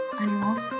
animals